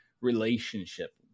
relationship